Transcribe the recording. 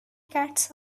cats